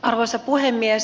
arvoisa puhemies